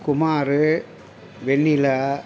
Kumar Vennila